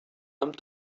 amb